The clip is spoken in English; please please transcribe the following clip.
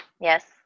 yes